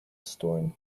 storm